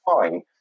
fine